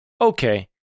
okay